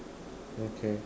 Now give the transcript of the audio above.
okay